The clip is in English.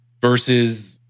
Versus